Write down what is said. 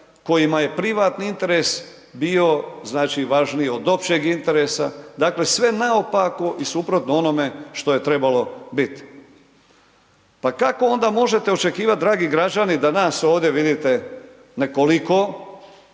kojima je privatni interes bio znači važniji od općeg interesa, dakle sve naopako i suprotno onome što je trebalo bit. Pa kako onda možete očekivati dragi građani, da nas ovdje vidite nekoliko,